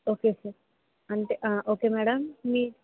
okay sir అంతే okay madam మీ